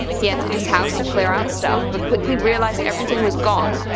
he entered his house to clear out stuff but quickly realized everything was gone,